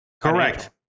correct